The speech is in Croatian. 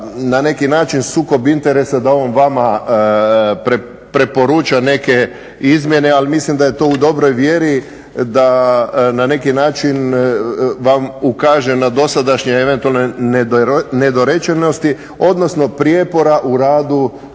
na neki način sukob interesa da on vama preporuča neke izmjene, ali mislim da je to u dobroj vjeri da na neki način vam ukaže na dosadašnje eventualne nedorečenosti, odnosno prijepora u radu